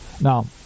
Now